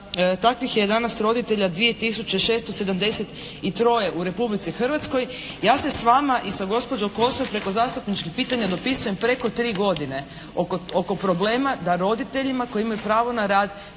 takvih je danas roditelja 2673 u Republici Hrvatskoj. Ja se s vama i sa gospođo Kosor preko zastupničkih pitanja dopisujem preko 3 godine oko problema da roditeljima koji imaju pravo na rad,